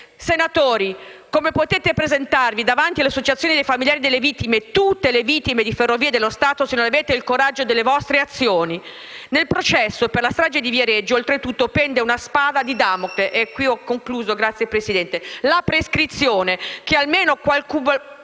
Senatori, come potrete presentarvi davanti alle associazioni dei familiari delle vittime, di tutte le vittime di Ferrovie dello Stato, se non avete il coraggio delle vostre azioni? Nel processo per la strage di Viareggio, oltretutto, pende una spada di Damocle: la prescrizione. Che almeno qualcuno,